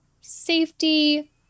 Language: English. safety